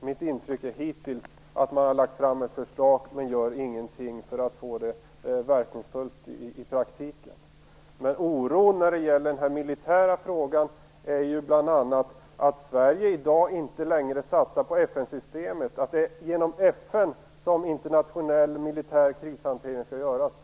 Mitt intryck hittills är att man har lagt fram ett förslag men inte gör någonting för att få det att verka i praktiken. Oron när det gäller den militära frågan gäller bl.a. att Sverige i dag inte längre satsar på FN-systemet, dvs. att det är genom FN som internationell militär krishantering skall organiseras.